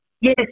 yes